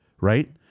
right